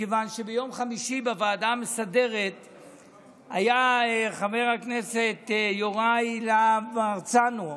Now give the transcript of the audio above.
מכיוון שביום חמישי בוועדה המסדרת היה חבר הכנסת יוראי להב הרצנו,